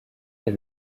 est